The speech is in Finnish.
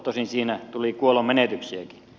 tosin siinä tuli kuolonmenetyksiäkin